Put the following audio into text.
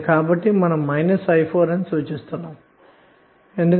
కాబట్టి i4అవుతుంది అన్నమాట